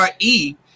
re